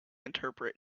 interpret